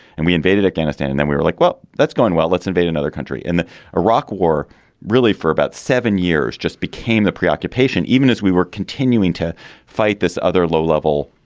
and we invaded afghanistan and then we were like, well, let's go and well, let's invade another country. and the iraq war really for about seven years just became the preoccupation, even as we were continuing to fight this other low level,